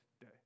day